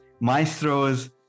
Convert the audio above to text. maestro's